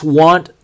want